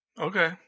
Okay